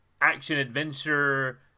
action-adventure